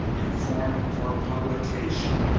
in form for publication.